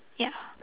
ya